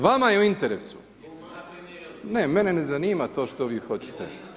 Vama je u interesu … [[Upadica se ne razumije.]] ne, mene ne zanima to što vi hoćete.